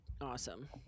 awesome